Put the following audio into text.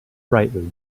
brightly